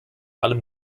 allem